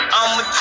I'ma